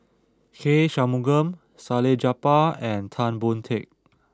K Shanmugam Salleh Japar and Tan Boon Teik